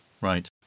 Right